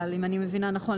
אם אני מבינה נכון,